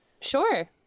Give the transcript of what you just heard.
sure